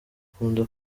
akunda